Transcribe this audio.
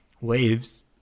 waves